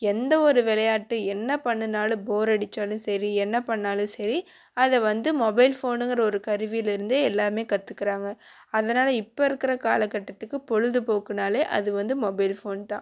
எந்த ஒரு விளையாட்டு என்ன பண்ணுனாலும் போர் அடிச்சாலும் சரி என்ன பண்ணாலும் சரி அதை வந்து மொபைல்ஃபோனுங்கிற ஒரு கருவிலேருந்தே எல்லாமே கத்துக்குறாங்க அதனால இப்போ இருக்கிற காலக்கட்டத்துக்கு பொழுதுபோக்குனால் அது வந்து மொபைல்ஃபோன் தான்